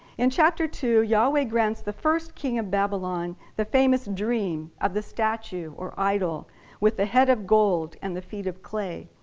in chapter two, yahweh grants the first king of babylon the famous dream of the statue or idol with the head of gold and the feet of clay.